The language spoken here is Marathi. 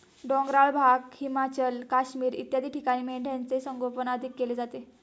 डोंगराळ भाग, हिमाचल, काश्मीर इत्यादी ठिकाणी मेंढ्यांचे संगोपन अधिक केले जाते